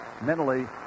mentally